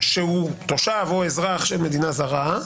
שהוא תושב או אזרח של מדינה זרה,